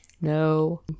No